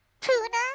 Tuna